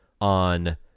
on